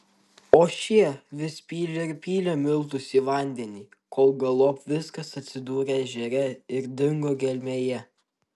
o šie vis pylė ir pylė miltus į vandenį kol galop viskas atsidūrė ežere ir dingo gelmėje